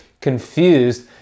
confused